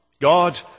God